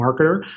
marketer